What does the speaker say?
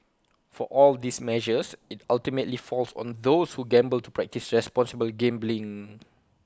for all these measures IT ultimately falls on those who gamble to practise responsible gambling